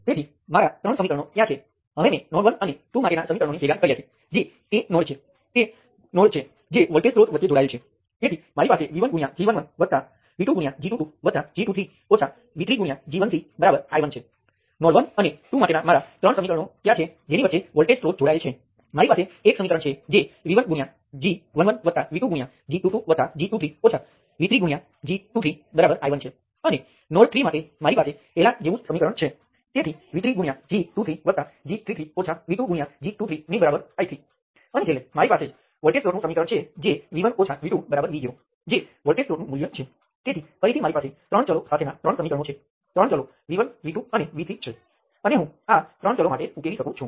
તેથી આ અભ્યાસક્રમના અવકાશને ધ્યાનમાં રાખીને માત્ર રેઝિસ્ટરમાંથી આવતા કરંટને નિયંત્રિત કરંટ તરીકે ધ્યાનમાં લેવામાં આવશે આપણે વોલ્ટેજ સ્ત્રોતમાંથી વહેતા કરંટને નિયંત્રિત કરંટ તરીકે ધ્યાનમાં લઈશું નહીં કારણ કે તે કિસ્સામાં મે દર્શાવેલ નોડલ વિશ્લેષણનો ઉપયોગ થઈ શકતો નથી